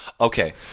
okay